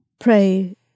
pray